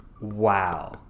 wow